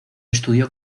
estudió